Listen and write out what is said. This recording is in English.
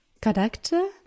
character